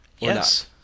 Yes